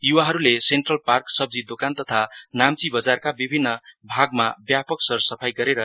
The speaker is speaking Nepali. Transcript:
युवाहरुले सेन्ट्रल पार्क सब्जी दोकान तथा नाम्ची बजारका विभिन्न भागमा व्यापक सर सफाई गरे